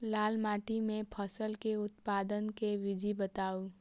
लाल माटि मे फसल केँ उत्पादन केँ विधि बताऊ?